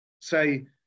say